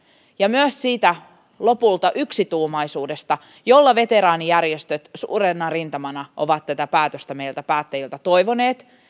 ja lopulta myös siitä yksituumaisuudesta jolla veteraanijärjestöt suurena rintamana ovat tätä päätöstä meiltä päättäjiltä toivoneet